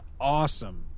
awesome